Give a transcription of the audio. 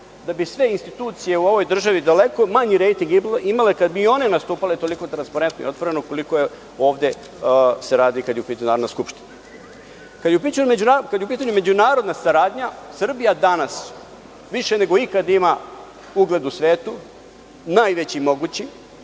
da bi sve institucije u ovoj državi daleko manji rejting imale kada bi i one nastupale toliko transparentno i otvoreno koliko se ovde radi kada je u pitanju Narodna skupština. Kada je u pitanju međunarodna saradnja, Srbija danas više nego ikad ima ugled u svetu, najveći mogući.